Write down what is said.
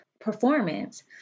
performance